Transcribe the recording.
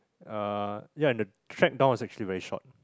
ah ya and the trek down was actually very short